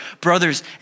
Brothers